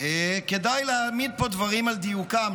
כדאי להעמיד פה דברים על דיוקם,